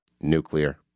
Nuclear